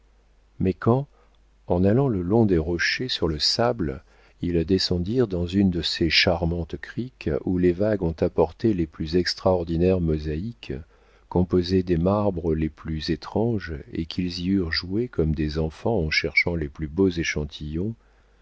mais quand en allant le long des rochers sur le sable ils descendirent dans une de ces charmantes criques où les vagues ont apporté les plus extraordinaires mosaïques composées des marbres les plus étranges et qu'ils y eurent joué comme des enfants en cherchant les plus beaux échantillons